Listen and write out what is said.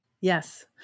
Yes